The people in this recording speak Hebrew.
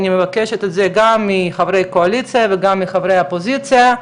אני מבקשת את זה גם מחברי הקואליציה וגם מחברי האופוזיציה,